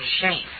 shame